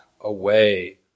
away